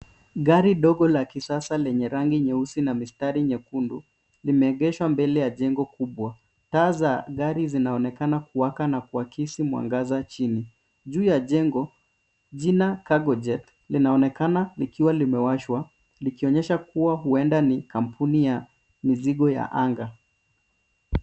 Gari dogo la kisasa lenye rangi nyeusi na mistari nyekundu limeegeshwa mbele ya jengo kubwa. Taa za gari zinaonekana kuwaka na kuakisi mwangaza chini. Juu ya jengo jina cargo jet linaonekana likiwa limewashwa likionyesha kuwa huenda ni kampuni ya mizigo ya anga.